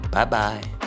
Bye-bye